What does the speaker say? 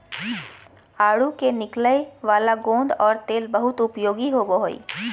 आडू से निकलय वाला गोंद और तेल बहुत उपयोगी होबो हइ